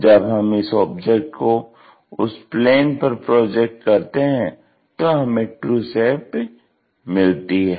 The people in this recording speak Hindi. जब हम इस ऑब्जेक्ट को उस प्लेन पर प्रोजेक्ट करते हैं तो हमें ट्रू शेप मिलती है